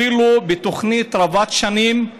אפילו תוכנית רבת-שנים,